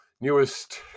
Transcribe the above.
newest